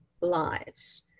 lives